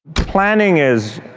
planning is,